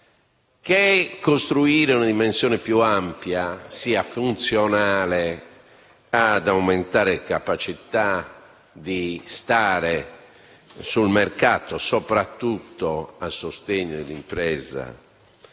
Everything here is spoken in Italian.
che costruire una dimensione più ampia sia funzionale ad aumentare capacità di stare sul mercato, soprattutto a sostegno della impresa